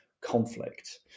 conflict